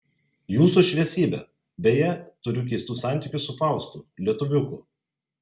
jūsų šviesybe beje turiu keistų santykių su faustu lietuviuku